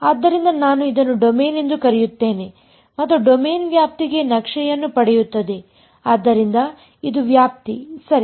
ಆದ್ದರಿಂದ ನಾನು ಇದನ್ನು ಡೊಮೇನ್ ಎಂದು ಕರೆಯುತ್ತೇನೆ ಮತ್ತು ಡೊಮೇನ್ ವ್ಯಾಪ್ತಿಗೆ ನಕ್ಷೆಯನ್ನು ಪಡೆಯುತ್ತದೆ ಆದ್ದರಿಂದ ಇದು ವ್ಯಾಪ್ತಿ ಸರಿ